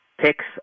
picks